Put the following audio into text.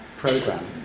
program